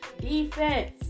Defense